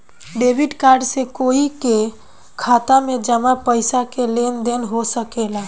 debit card से कोई के खाता में जामा पइसा के लेन देन हो सकेला